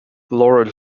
laurel